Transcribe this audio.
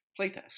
playtest